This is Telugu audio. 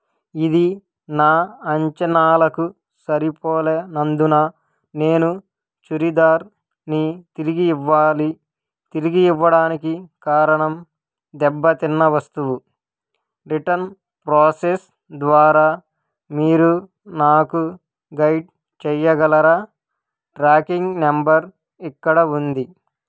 ఇది నా అంచనాలకు సరిపోలనందున నేను చురిదార్ని తిరిగి ఇవ్వాలి తిరిగి ఇవ్వడానికి కారణం దెబ్బతిన్న వస్తువు రిటర్న్ ప్రోసెస్ ద్వారా మీరు నాకు గైడ్ చెయ్యగలరా ట్రాకింగ్ నంబర్ ఇక్కడ ఉంది